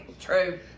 true